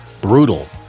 brutal